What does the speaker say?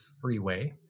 freeway